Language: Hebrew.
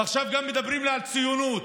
ועכשיו גם מדברים לי על ציונות